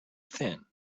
thin